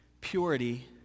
Purity